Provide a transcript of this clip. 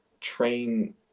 train